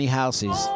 houses